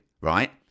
right